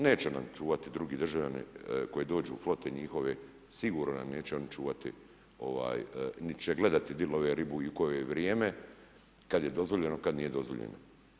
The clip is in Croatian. Neće nam čuvati drugi državljani koji dođu u flote njihove, sigurno nam neće oni čuvati niti će gledati gdje love ribu i u koje vrijeme, kada je dozvoljeno, kad nije dozvoljeno.